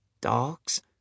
Dogs